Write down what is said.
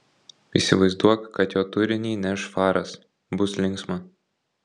įsivaizduok kad jo turinį neš faras bus linksma